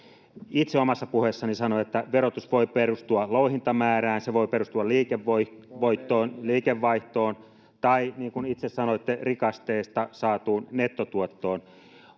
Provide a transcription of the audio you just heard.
itse omassa puheessani sanoin että verotus voi perustua louhintamäärään liikevoittoon liikevaihtoon tai niin kuin itse sanoitte rikasteesta saatuun nettotuottoon